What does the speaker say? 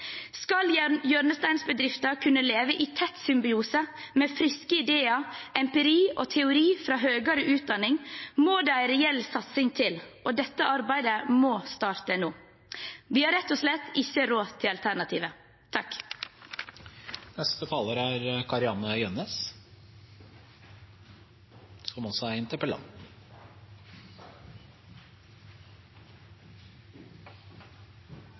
kunne leve i tett symbiose med friske ideer, empiri og teori fra høyere utdanning, må det en reell satsing til, og dette arbeidet må starte nå. Vi har rett og slett ikke råd til alternativet.